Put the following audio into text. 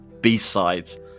B-sides